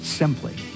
simply